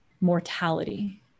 mortality